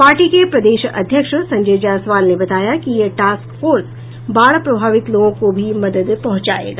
party के प्रदेश अध्यक्ष संजय जायसवाल ने बताया कि ये टास्क फोर्स बाढ़ प्रभावित लोगों को भी मदद पहुंचायेगा